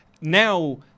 now